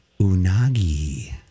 unagi